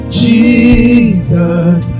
jesus